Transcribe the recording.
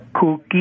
cookie